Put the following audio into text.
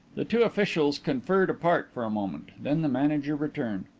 the two officials conferred apart for a moment. then the manager returned.